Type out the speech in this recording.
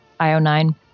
IO9